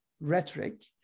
rhetoric